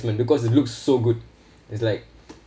because it looks so good it's like